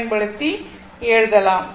பயன்படுத்தி எழுதலாம்